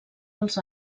als